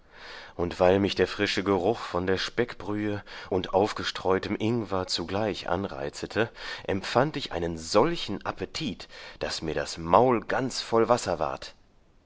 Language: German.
und weil mich der frische geruch von der speckbrühe und aufgestreutem ingwer zugleich anreizete empfand ich einen solchen appetit daß mir das maul ganz voll wasser ward